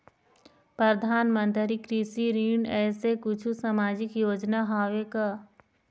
परधानमंतरी कृषि ऋण ऐसे कुछू सामाजिक योजना हावे का?